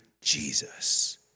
Jesus